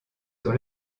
sur